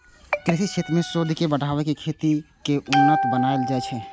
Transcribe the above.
कृषि क्षेत्र मे शोध के बढ़ा कें खेती कें उन्नत बनाएल जाइ छै